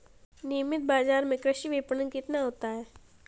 नियमित बाज़ार में कृषि विपणन कितना होता है?